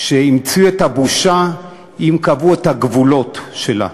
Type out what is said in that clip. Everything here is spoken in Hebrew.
כשהמציאו את הבושה, אם קבעו את הגבולות שלה.